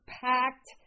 packed